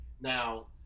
Now